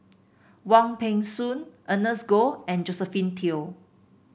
Wong Peng Soon Ernest Goh and Josephine Teo